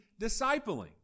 discipling